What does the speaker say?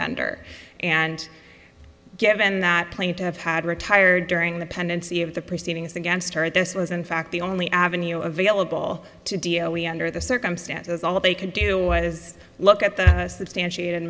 bender and given that plain to have had retired during the pendency of the proceedings against her and this was in fact the only avenue available to d o b under the circumstances all they could do was look at the substantiated